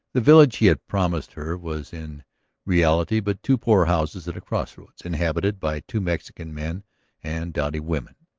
the village he had promised her was in reality but two poor houses at a crossroads, inhabited by two mexican men and dowdy women.